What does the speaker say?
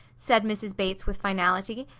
said mrs. bates with finality.